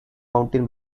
mountain